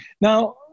Now